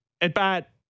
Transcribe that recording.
at-bat